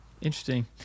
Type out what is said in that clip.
Interesting